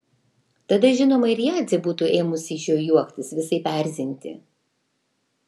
tada žinoma ir jadzė būtų ėmusi iš jo juoktis visaip erzinti